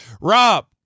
rob